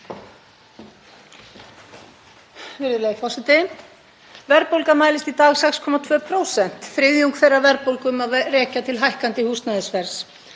Verðbólgan mælist í dag 6,2%. Þriðjung þeirrar verðbólgu má rekja til hækkandi húsnæðisverðs.